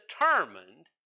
determined